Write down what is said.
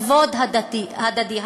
כבוד הדדי,